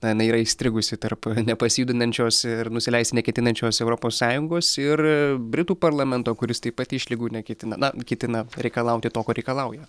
na jinai yra įstrigusi tarp nepasijudinančios ir nusileisti neketinančios europos sąjungos ir britų parlamento kuris taip pat išlygų nekėtina na kėtina reikalauti to ko reikalauja